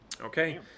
okay